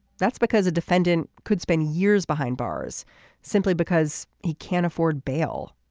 that's because a defendant could spend years behind bars simply because he can't afford bail.